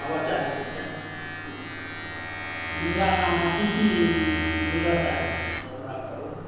आबऽ चाहैत छी तऽ मिथिलामे अहाँ की की बूझऽ चाहैत छी से हमरा कहुँ